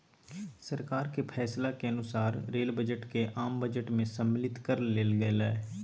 सरकार के फैसला के अनुसार रेल बजट के आम बजट में सम्मलित कर लेल गेलय